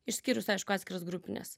išskyrus aišku atskiras grupines